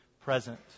present